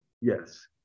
Yes